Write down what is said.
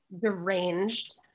deranged